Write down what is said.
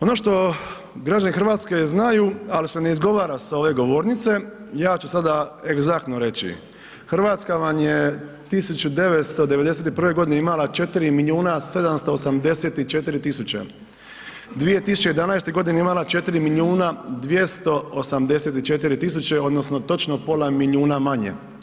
Ono što građani Hrvatske već znaju ali se ne izgovara sa ove govornice, ja ću sada egzaktno reći, Hrvatska vam je 1991. godine imala 4 milijuna 784 tisuće, 2011. godine imala je 4 milijuna 284 tisuće odnosno točno pola milijuna manje.